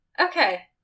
Okay